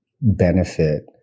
benefit